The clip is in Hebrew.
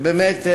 ובאמת,